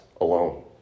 alone